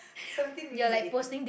seventeen minutes or eighteen